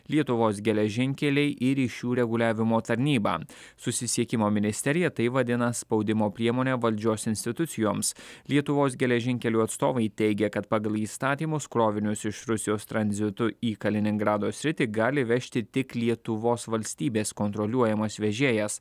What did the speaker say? lietuvos geležinkeliai į ryšių reguliavimo tarnybą susisiekimo ministerija tai vadina spaudimo priemone valdžios institucijoms lietuvos geležinkelių atstovai teigia kad pagal įstatymus krovinius iš rusijos tranzitu į kaliningrado sritį gali vežti tik lietuvos valstybės kontroliuojamas vežėjas